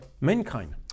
mankind